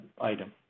item